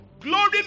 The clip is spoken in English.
Glory